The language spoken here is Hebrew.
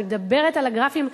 אני מדברת על הגרפים,